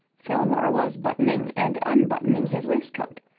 fillmore was buttoning and unbuttoning his waistcoat.